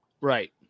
right